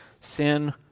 sin